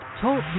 Talk